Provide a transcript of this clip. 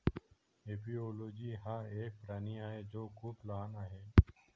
एपिओलोजी हा एक प्राणी आहे जो खूप लहान आहे